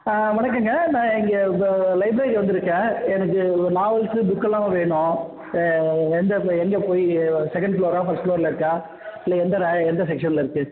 வணக்கங்க நான் இங்கே இப்போ லைப்ரரி வந்திருக்கேன் எனக்கு ஒரு நாவல்ஸு புக்கெல்லாம் வேணும் எந்த போய் எங்கே போய் செகண்ட் ஃப்ளோரா ஃபஸ்ட் ஃப்ளோரில் இருக்கா இல்லை எந்த ராக் எந்த செக்ஷனில் இருக்குது